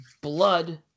blood